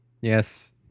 Yes